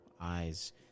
eyes